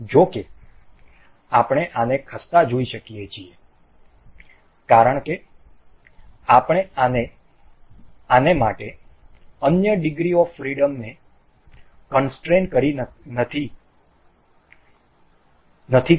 જો કે આપણે આને ખસતા જોઈ શકીએ છીએ કારણ કે આપણે આને માટે અન્ય ડિગ્રી ઓફ ફ્રિડમને કોન્સ્ટ્રેન કરી નથી કરી